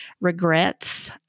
regrets